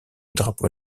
drapeau